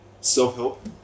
self-help